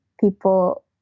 people